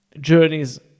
journeys